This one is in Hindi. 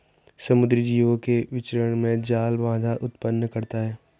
समुद्री जीवों के विचरण में जाल बाधा उत्पन्न करता है